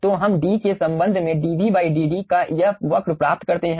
तो हम d के संबंध में DV dd का यह वक्र प्राप्त करते हैं